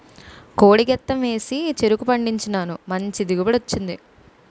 కోడి గెత్తెం ఏసి చెరుకు పండించినాను మంచి దిగుబడి వచ్చింది